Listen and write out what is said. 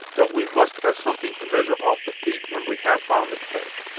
but we must have something to measure off the feet when we have found the peg.